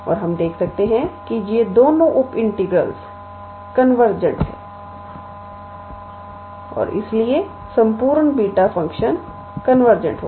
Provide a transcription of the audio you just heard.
और हम देख सकते हैं कि ये दोनों उप इंटीग्रल्सकन्वर्जेंट हैं और इसलिए संपूर्ण बीटा फ़ंक्शन कन्वर्जेंट होगा